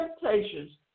temptations